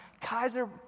Kaiser